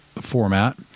format